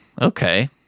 Okay